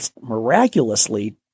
miraculously